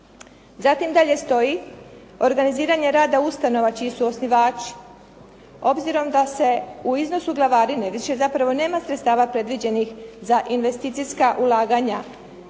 Zatim dalje stoji, organiziranje rada ustanova čiji su osnivači. Obzirom da se u iznosu glavarine, više zapravo nema sredstava predviđenih za investicijska ulaganja